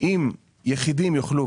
אם יחידים יוכלו,